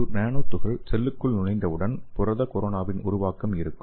ஒரு நானோ துகள் செல்லுக்குள் நுழைந்தவுடன் புரத கொரோனாவின் உருவாக்கம் இருக்கும்